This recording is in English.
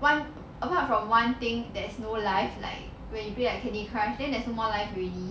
one apart from one thing there's no life like when you play like candy crush then there's no more lives already